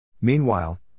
Meanwhile